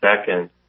second